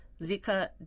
Zika